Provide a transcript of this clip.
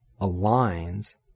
aligns